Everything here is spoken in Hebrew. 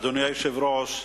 אדוני היושב-ראש,